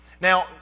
Now